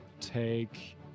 take